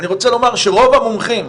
אני רוצה לומר שרוב המומחים,